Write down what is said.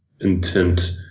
intent